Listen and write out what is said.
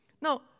Now